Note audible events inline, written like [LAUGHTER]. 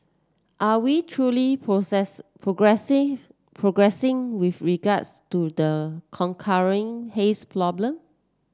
are we truly process progressing progressing with regards to the [UNINTELLIGIBLE] haze problem